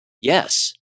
Yes